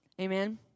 amen